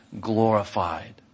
glorified